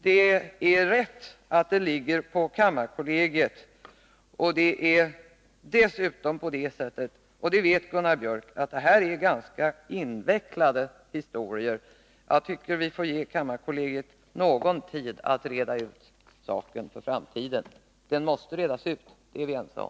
Det är riktigt att beslutet ligger hos kammarkollegiet. Det här är — det vet Gunnar Biörck — ganska invecklade historier. Jag tycker vi får ge kammarkollegiet någon tid att reda ut saken för framtiden. Den måste redas ut — det är vi ense om.